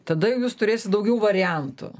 tada jūs turėsit daugiau variantų